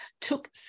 took